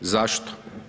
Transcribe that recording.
Zašto?